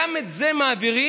גם את זה מעבירים.